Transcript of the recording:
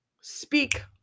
speak